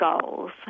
goals